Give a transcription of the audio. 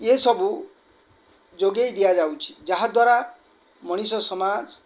ଇଏ ସବୁ ଯୋଗେଇ ଦିଆଯାଉଛି ଯାହାଦ୍ଵାରା ମଣିଷ ସମାଜ